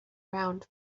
round